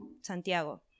Santiago